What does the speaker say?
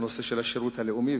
בנושא של השירות הלאומי,